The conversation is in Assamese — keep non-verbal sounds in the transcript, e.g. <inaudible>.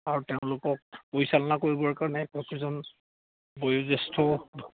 আৰু তেওঁলোকক পৰিচালনা কৰিবৰ কাৰণে <unintelligible> বয়োজ্যেষ্ঠ